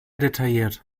detailliert